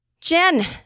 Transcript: Jen